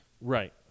Right